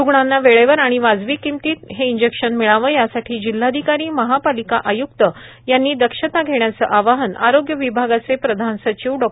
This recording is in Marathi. रुग्णांना वेळेवर आणि वाजवी किंमतीत रेमडेसीविर इंजेक्शन मिळावं यासाठी जिल्हाधिकारी महापालिका आय्क्त यांनी दक्षता घेण्याचं आवाहन आरोग्य विभागाचे प्रधान सचिव डॉ